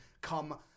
come